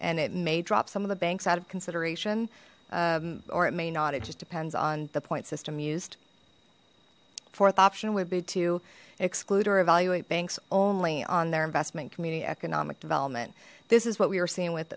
and it may drop some of the banks out of consideration or it may not it just depends on the point system used fourth option would be to exclude or evaluate banks only on their investment community economic development this is what we were seeing with